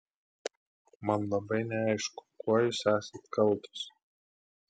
man labai neaišku kuo jūs esat kaltos